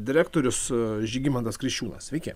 direktorius žygimantas kriščiūnas sveiki